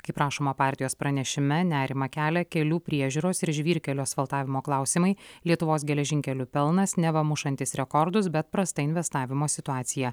kaip rašoma partijos pranešime nerimą kelia kelių priežiūros ir žvyrkelių asfaltavimo klausimai lietuvos geležinkelių pelnas neva mušantis rekordus bet prasta investavimo situacija